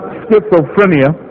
schizophrenia